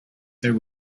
there